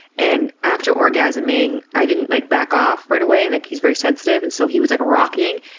and after orgasming i didn't like back off right away. and like he's very sensitive. and so he was like rocking,